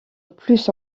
plus